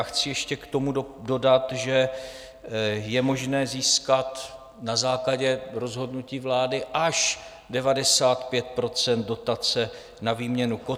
Chci ještě k tomu dodat, že je možné získat na základě rozhodnutí vlády až 95 % dotace na výměnu kotle.